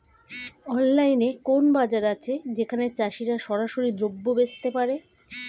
অনলাইনে কোনো বাজার আছে যেখানে চাষিরা সরাসরি দ্রব্য বেচতে পারে?